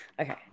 Okay